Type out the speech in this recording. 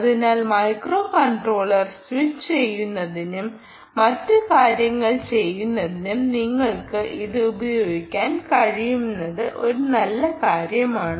അതിനാൽ microcontroller switch ചെയ്യുന്നതിനും മറ്റ് കാര്യങ്ങൾ ചെയ്യുന്നതിനും നിങ്ങൾക്ക് ഇത് ഉപയോഗിക്കാൻ കഴിയുന്നത് ഒരു നല്ല കാര്യമാണ്